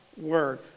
Word